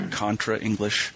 contra-English